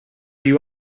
you